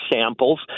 samples